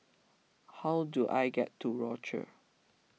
how do I get to Rochor